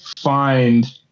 find